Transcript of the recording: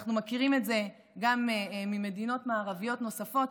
אנחנו מכירים את זה גם ממדינות מערביות נוספות,